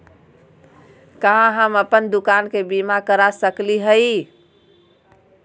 का हम अप्पन दुकान के बीमा करा सकली हई?